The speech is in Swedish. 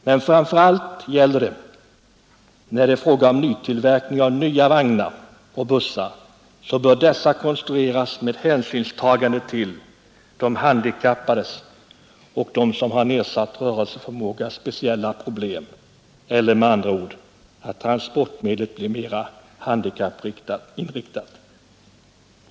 Men framför allt gäller att vagnar och bussar vid nytillverkning bör konstrueras med hänsyn till de speciella problemen för de handikappade och andra med nedsatt rörelseförmåga, med andra ord så att transportmedlet i fråga blir mera handikappinriktat.